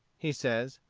he says,